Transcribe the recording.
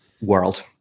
world